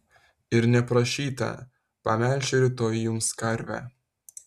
ir neprašyta pamelšiu rytoj jums karvę